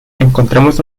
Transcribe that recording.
encontramos